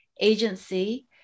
agency